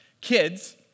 kids